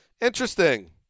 interesting